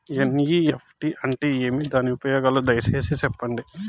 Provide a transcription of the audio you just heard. NEFT అంటే ఏమి? దాని ఉపయోగాలు దయసేసి సెప్పండి?